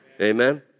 amen